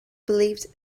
believed